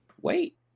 wait